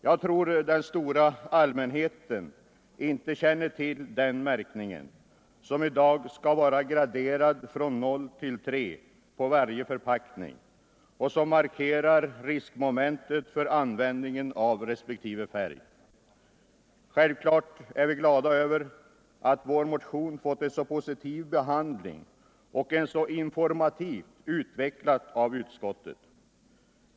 Jag tror att den stora allmänheten inte känner till den märkningen, som i dag skall vara graderad från 0 till 3 på varje förpackning och som markerar riskmomentet vid användningen av respektive färg. Självfallet är vi glada över att vår motion har fått en så positiv behandling och för att frågan har utvecklats så informativt av utskottet.